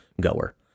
goer